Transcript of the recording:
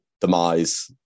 Demise